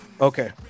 Okay